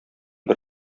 бер